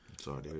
Sorry